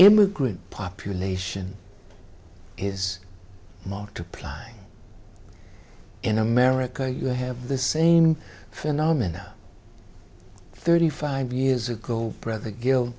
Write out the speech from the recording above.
immigrant population is multiplying in america you have the same phenomena thirty five years ago brother gil